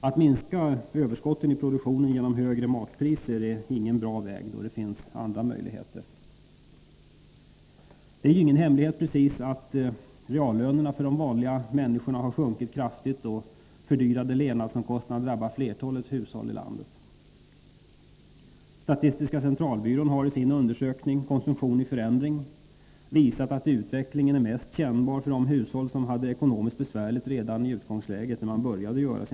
Att minska överskotten i produktionen genom högre matpriser är ingen bra väg, då det finns andra möjligheter. Det är ju ingen hemlighet att reallönerna för de vanliga människorna har sjunkit kraftigt och att ökade levnadsomkostnader drabbar flertalet hushåll i landet. Statistiska centralbyrån har i sin undersökning Konsumtion i förändring visat att utvecklingen är mest kännbar för de hushåll som hade det ekonomiskt besvärligt redan i utgångsläget när undersökningen började.